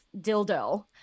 dildo